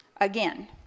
again